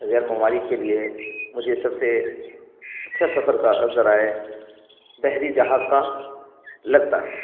غیر ممالک کے لیے مجھے سب سے اچھا سفر کا ذرائع بحری جہاز کا لگتا ہے